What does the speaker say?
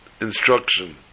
instruction